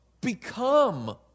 Become